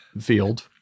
field